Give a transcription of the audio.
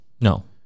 No